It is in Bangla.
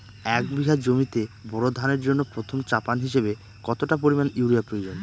এক বিঘা জমিতে বোরো ধানের জন্য প্রথম চাপান হিসাবে কতটা পরিমাণ ইউরিয়া প্রয়োজন?